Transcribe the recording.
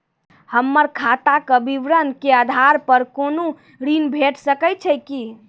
हमर खाता के विवरण के आधार प कुनू ऋण भेट सकै छै की?